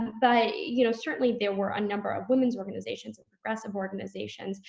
but you know, certainly there were a number of women's organizations and progressive organizations,